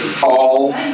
call